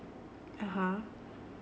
(uh huh)